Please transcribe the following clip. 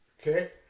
Okay